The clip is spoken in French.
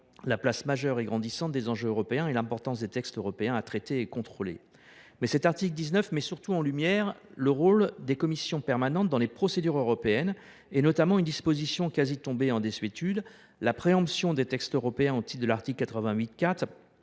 la place majeure et grandissante que prenaient les enjeux européens, ainsi que le nombre important de textes européens à traiter et contrôler. Mais cet article met surtout en lumière le rôle des commissions permanentes dans les procédures européennes, notamment une disposition quasiment tombée en désuétude : la préemption des textes européens, au titre de l’article 88 4